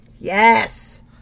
Yes